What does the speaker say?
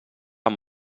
amb